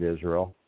Israel